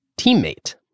teammate